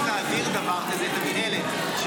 להעביר דבר כזה למנהלת.